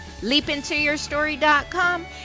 LeapIntoYourStory.com